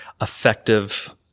effective